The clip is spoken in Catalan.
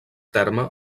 terme